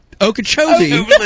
Okeechobee